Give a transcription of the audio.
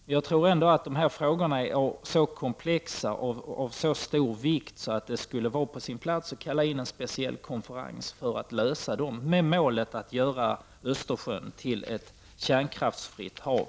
Men jag tror ändå att dessa frågor är så komplexa och av så stor vikt att det skulle vara på sin plats att kalla in en speciell konferens för att lösa dem, med målet att göra Östersjön till ett kärnkraftsfritt hav.